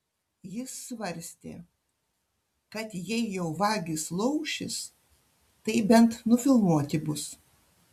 jis svarstė kad jei jau vagys laušis tai bent nufilmuoti bus